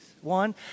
One